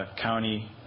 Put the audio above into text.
county